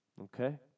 Okay